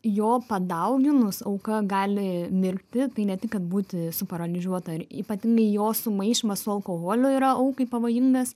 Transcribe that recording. jo padauginus auka gali mirti tai ne tik kad būti suparalyžiuota ir ypatingai jo sumaišymas su alkoholiu yra aukai pavojingas